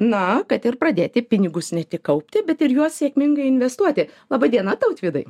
na kad ir pradėti pinigus ne tik kaupti bet ir juos sėkmingai investuoti laba diena tautvydai